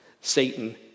Satan